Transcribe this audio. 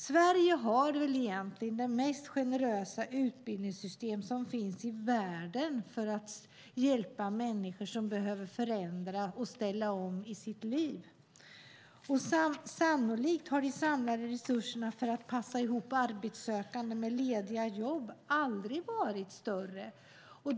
Sverige har väl egentligen det mest generösa utbildningssystem som finns i världen för att hjälpa människor som behöver förändra och ställa om sina liv. Sannolikt har de samlade resurserna för att passa ihop arbetssökande med lediga jobb heller aldrig varit större.